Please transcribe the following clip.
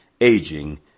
aging